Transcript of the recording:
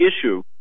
issue